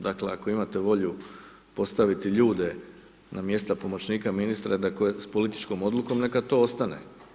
Dakle ako imate volju postaviti ljude na mjesta pomoćnika ministra, dakle sa političkom odlukom, neka to ostane.